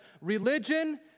religion